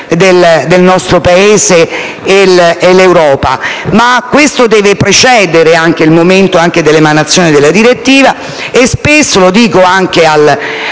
del nostro Paese e l'Europa, ma questo deve precedere il momento dell'adozione della direttiva, e spesso - lo dico anche al